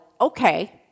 okay